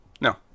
No